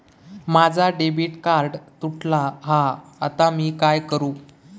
माझा debit card तुटला हा आता मी काय करू?